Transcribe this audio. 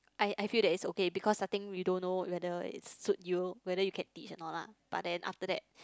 I I feel that it's okay because starting you don't know whether it suit you whether you can teach or not lah but then after that